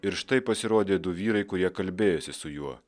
ir štai pasirodė du vyrai kurie kalbėjosi su juo